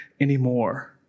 anymore